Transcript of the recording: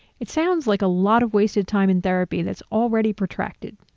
it sounds like a lot of wasted time in therapy that's already protracted.